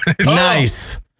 Nice